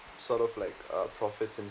sort of like uh profits and